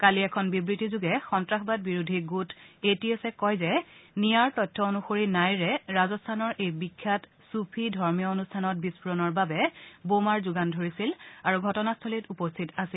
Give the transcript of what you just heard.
কালি এখন বিবৃতিযোগে সন্ত্ৰাসবাদ বিৰোধী গোট এ টি এছে কয় যে নিয়াৰ তথ্য অনুসৰি নাইৰে ৰাজস্থানৰ এই বিখ্যাত চফী ধৰ্মীয় অনুষ্ঠানত বিক্ফোৰণৰ বাবে বোমাৰ যোগান ধৰিছিল আৰু ঘটনাস্থলীত উপস্থিত আছিল